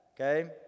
okay